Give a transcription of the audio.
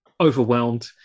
overwhelmed